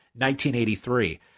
1983